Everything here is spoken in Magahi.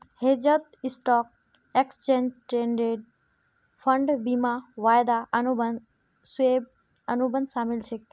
हेजत स्टॉक, एक्सचेंज ट्रेडेड फंड, बीमा, वायदा अनुबंध, स्वैप, अनुबंध शामिल छेक